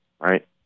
right